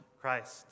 Christ